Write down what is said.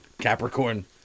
Capricorn